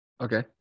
Okay